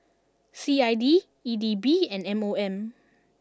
C I D E D B and M O M